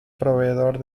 proveedor